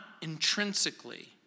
intrinsically